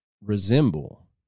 resemble